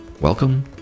Welcome